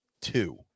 two